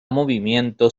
movimiento